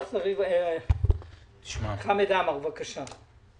חמד עמאר, בבקשה.